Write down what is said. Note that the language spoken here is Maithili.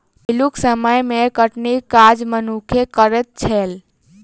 पहिलुक समय मे कटनीक काज मनुक्खे करैत छलै